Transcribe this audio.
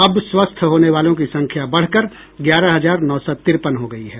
अब स्वस्थ होने वालों की संख्या बढ़कर ग्यारह हजार नौ सौ तिरपन हो गयी है